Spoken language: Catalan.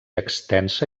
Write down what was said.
extensa